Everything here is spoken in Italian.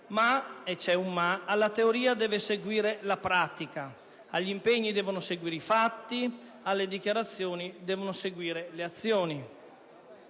ma, poiché alla teoria deve seguire la pratica, agli impegni devono seguire i fatti, alle dichiarazioni devono seguire le azioni.